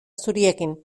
zuriekin